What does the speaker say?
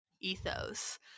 ethos